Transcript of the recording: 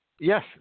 Yes